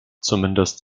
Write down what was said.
zumindest